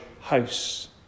house